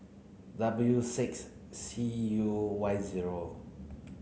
W six C U Y zero